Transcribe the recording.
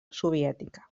soviètica